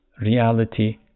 reality